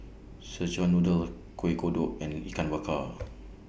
Szechuan Noodle Kueh Kodok and Ikan Bakar